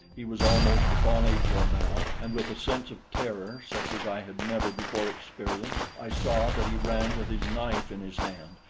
he was almost upon ajor now, and with a sense of terror such as i had never before experienced, i saw that he ran with his knife in his hand,